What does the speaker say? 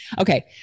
Okay